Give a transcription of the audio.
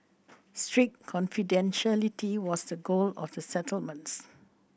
strict confidentiality was the goal of the settlements